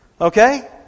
Okay